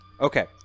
Okay